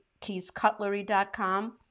keyscutlery.com